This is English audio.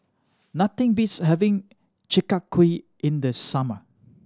nothing beats having Chi Kak Kuih in the summer